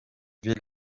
ville